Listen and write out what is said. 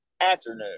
afternoon